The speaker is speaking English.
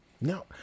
No